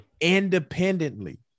Independently